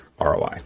ROI